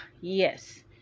yes